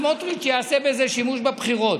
סמוטריץ' יעשה בזה שימוש בבחירות,